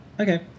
okay